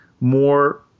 more